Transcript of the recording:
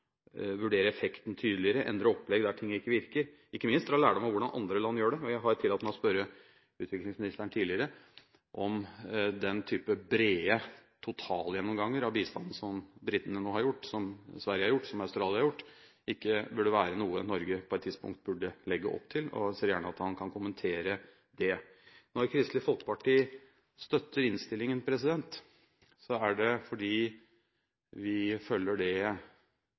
vurdere effekten tydeligere, endre opplegg der ting ikke virker, og ikke minst dra lærdom av hvordan andre land gjør det. Jeg har tillatt meg å spørre utviklingsministeren tidligere om den type brede totalgjennomganger av bistanden som britene nå har gjort, og som man har gjort i Sverige og Australia, ikke burde være noe Norge på et tidspunkt burde legge opp til. Jeg ser gjerne at han kommenterer det. Når Kristelig Folkeparti støtter innstillingen, er det fordi vi følger det velprøvde og gode prinsipp om ikke å reparere noe som fungerer. Det